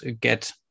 get